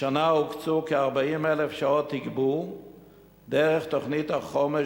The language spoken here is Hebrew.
השנה הוקצו כ-40,000 שעות תגבור דרך תוכנית החומש